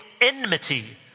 enmity